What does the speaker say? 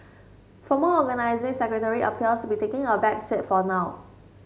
former Organising Secretary appears taking a back seat for now